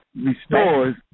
restores